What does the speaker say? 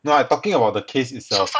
no I talking about the case itself